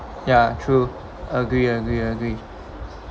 ya true agree agree agree